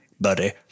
buddy